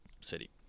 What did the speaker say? City